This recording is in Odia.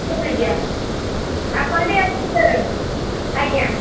ହଉ ଆଜ୍ଞା ଆପଣ ବି ଆସି ବି ପାରନ୍ତି ଆଜ୍ଞା